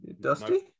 Dusty